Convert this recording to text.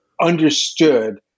understood